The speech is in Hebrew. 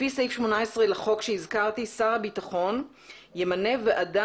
לפי סעיף 18 לחוק שהזכרתי שר הביטחון ימנה ועדה